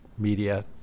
media